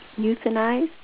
euthanized